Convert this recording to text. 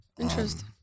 Interesting